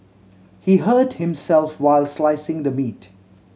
he hurt himself while slicing the meat